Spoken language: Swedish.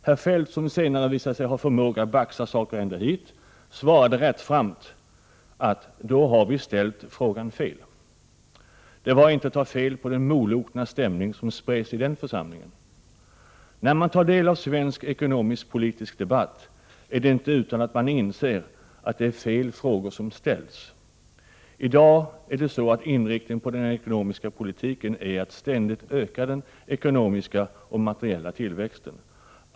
Herr Feldt, som senare visat sig ha förmåga att baxa saker ända hit, svarade rättframt: ”Då har vi ställt frågan fel.” Det var inte att ta fel på den molokna stämning som spred sig i församlingen. När man tar del av svensk ekonomisk-politisk debatt är det inte utan att man inser att det är fel frågor som ställs. I dag är det så att inriktningen på den ekonomiska politiken är att ständigt öka den ekonomiska och materiella tillväxten.